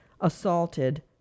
assaulted